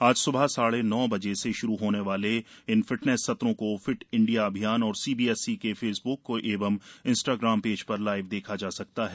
आज सुबह साढ़े नौ बजे से शुरू होने वाले इन फिटनेस सत्रों को फिट इंडिया अभियान और सीबीएसई के फेसबुक एवं इंस्टाग्राम पेज पर लाइव देखा जा सकता हैं